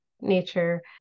nature